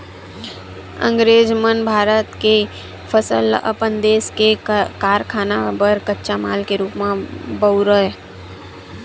अंगरेज मन भारत के फसल ल अपन देस के कारखाना बर कच्चा माल के रूप म बउरय